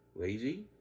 Lazy